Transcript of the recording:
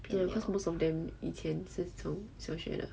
ya because most of them 以前是从小学的